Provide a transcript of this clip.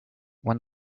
when